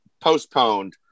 postponed